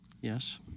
yes